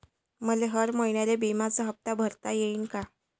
मले हर महिन्याले बिम्याचा हप्ता भरता येईन का?